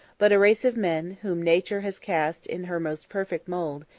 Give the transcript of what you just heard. but a race of men, whom nature has cast in her most perfect mould,